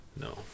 No